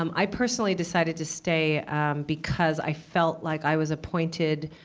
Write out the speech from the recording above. um i personally decided to stay because i felt like i was appointed